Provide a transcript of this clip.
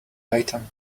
item